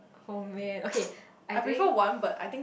homemade okay I think